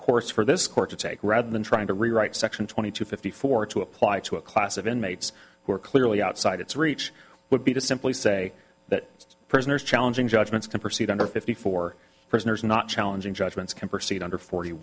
courts for this court to take rather than trying to rewrite section twenty two fifty four to apply to a class of inmates who are clearly outside its reach would be to simply say that prisoners challenging judgments can proceed under fifty four prisoners not challenging judgments can proceed under forty